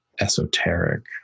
Esoteric